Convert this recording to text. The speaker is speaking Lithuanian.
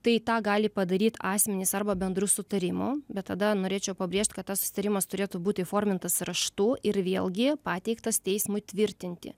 tai tą gali padaryt asmenys arba bendru sutarimu bet tada norėčiau pabrėžt kad tas susitarimas turėtų būt įformintas raštu ir vėlgi pateiktas teismui tvirtinti